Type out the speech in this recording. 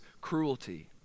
cruelty